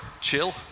chill